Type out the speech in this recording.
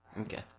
Okay